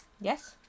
Yes